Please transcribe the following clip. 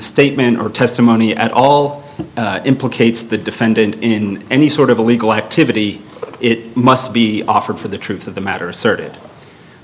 statement or testimony at all implicates the defendant in any sort of illegal activity it must be offered for the truth of the matter asserted